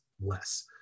less